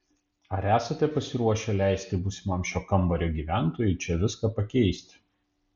ar esate pasiruošęs leisti būsimam šio kambario gyventojui čia viską pakeisti